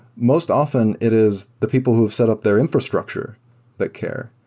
most often, it is the people who have set up their infrastructure that care.